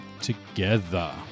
together